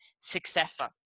successor